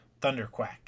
thunderquack